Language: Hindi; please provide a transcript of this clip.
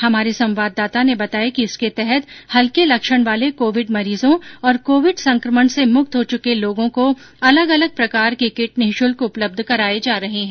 हमारे संवददाता ने बताया कि इसके तहत हल्के लक्षण वाले कोविड मरीजों और कोविड संकमण से मुक्त हो चुके लोगों को अलग अलग प्रकार के किट निःशुल्क उपलब्ध कराये जा रहे है